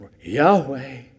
Yahweh